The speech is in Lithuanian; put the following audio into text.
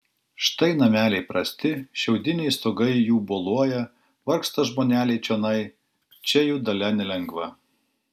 štai nameliai prasti šiaudiniai stogai jų boluoja vargsta žmoneliai čionai čia jų dalia nelengva